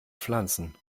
pflanzen